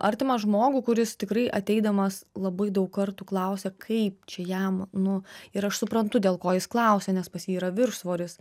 artimą žmogų kuris tikrai ateidamas labai daug kartų klausė kaip čia jam nu ir aš suprantu dėl ko jis klausė nes pas jį yra viršsvoris